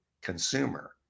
consumer